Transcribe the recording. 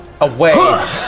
away